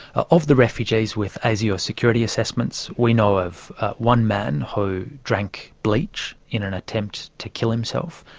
ah of the refugees with asio security assessments we know of one man who drank bleach in an attempt to kill himself,